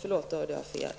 Förlåt, då hörde jag fel.